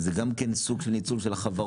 זה גם כן סוג של ניצול של החברות,